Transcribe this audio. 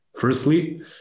Firstly